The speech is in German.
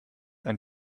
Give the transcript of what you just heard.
ein